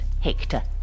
Hector